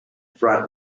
front